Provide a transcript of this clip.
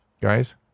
guys